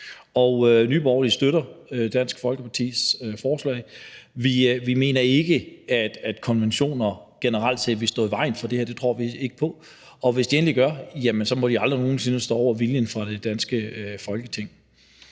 Borgerlige støtter Dansk Folkepartis forslag. Vi mener ikke, at konventioner generelt set vil stå i vejen for det her. Det tror vi ikke på, og hvis de endelig gør, må de aldrig nogen sinde stå over viljen fra det danske Folketing.